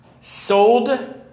sold